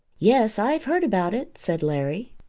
yes i've heard about it, said larry.